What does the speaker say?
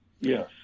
Yes